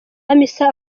hamisa